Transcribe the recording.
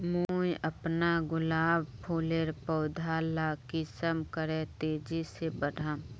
मुई अपना गुलाब फूलेर पौधा ला कुंसम करे तेजी से बढ़ाम?